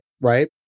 right